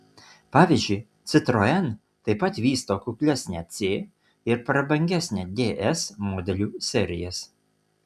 pavyzdžiui citroen taip pat vysto kuklesnę c ir prabangesnę ds modelių serijas